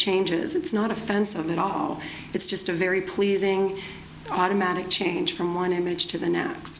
changes it's not offensive at all it's just a very pleasing automatic change from one image to the n